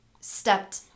stepped